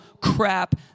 crap